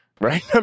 Right